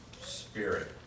spirit